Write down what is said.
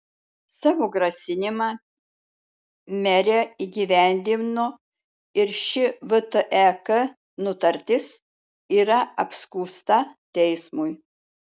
savo grasinimą merė įgyvendino ir ši vtek nutartis yra apskųsta teismui